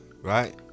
right